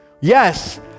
Yes